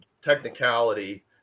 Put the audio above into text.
technicality